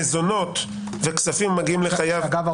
מזונות וכספים שמגיעים לחייב -- אגב,